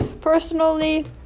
Personally